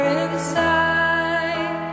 inside